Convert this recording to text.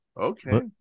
okay